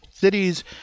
cities